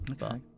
Okay